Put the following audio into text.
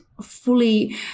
fully